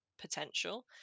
potential